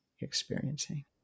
experiencing